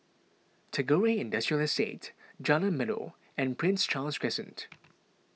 Tagore Industrial Estate Jalan Melor and Prince Charles Crescent